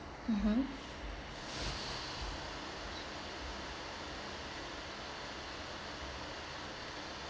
mmhmm